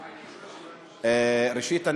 ראשית,